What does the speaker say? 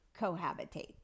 cohabitate